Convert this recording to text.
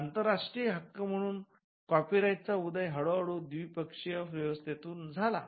आंतरराष्ट्रीय हक्क म्हणून कॉपीराइटचा उदय हळूहळू द्विपक्षीय व्यवस्थेतुन झाला